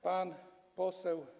Pan poseł.